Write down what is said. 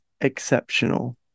Exceptional